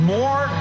more